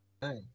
Hey